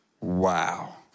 wow